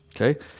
Okay